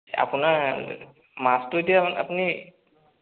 আপোনাৰ মাছটো এতিয়া আপুনি